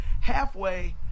Halfway